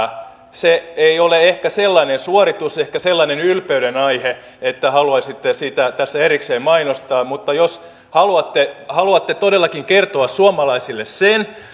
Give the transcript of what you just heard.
se ei ole ehkä sellainen suoritus sellainen ylpeyden aihe että haluaisitte sitä tässä erikseen mainostaa mutta jos haluatte haluatte todellakin kertoa suomalaisille sen